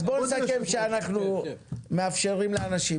אז בוא נסכם שאנחנו מאפשרים לאנשים.